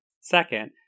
Second